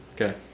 Okay